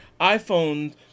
iPhone